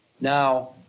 Now